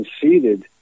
conceded